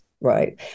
right